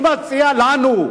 אני מציע לנו,